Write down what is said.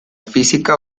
física